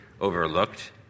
overlooked